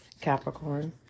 Capricorn